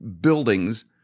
buildings